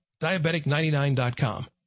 Diabetic99.com